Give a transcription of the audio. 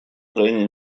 крайне